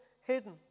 hidden